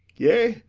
yea,